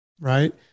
Right